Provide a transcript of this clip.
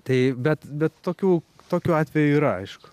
tai bet bet tokių tokių atvejų yra aišku